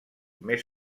més